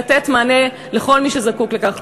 לתת מענה לכל מי שזקוק לכך.